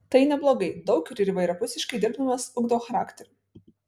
tai neblogai daug ir įvairiapusiškai dirbdamas ugdau charakterį